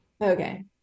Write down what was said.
Okay